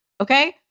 okay